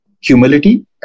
humility